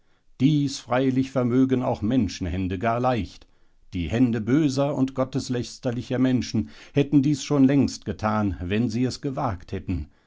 dies freilich vermögen auch menschenhände gar leicht die hände böser und gotteslästerlicher menschen hätten dies schon längst getan wenn sie es gewagt hätten